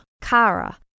Kara